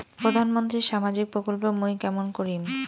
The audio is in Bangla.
প্রধান মন্ত্রীর সামাজিক প্রকল্প মুই কেমন করিম?